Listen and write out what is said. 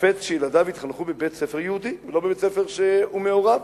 חפץ שילדיו יתחנכו בבית-ספר יהודי ולא בבית-ספר שהוא מעורב,